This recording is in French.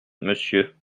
monsieur